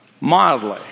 mildly